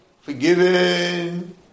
forgiven